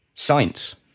Science